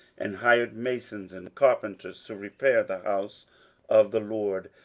and hired masons and carpenters to repair the house of the lord,